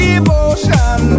Devotion